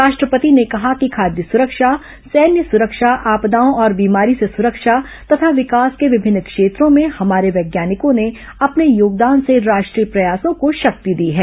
राष्ट्रपति ने कहा कि खाद्य सुरक्षा सैन्य सुरक्षा आपदाओं और बीमारी से सुरक्षा तथा विकास के विभिन्न क्षेत्रों में हमारे वैज्ञानिकों ने अपने योगदान से राष्ट्रीय प्रयासों को शक्ति दी है